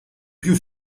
più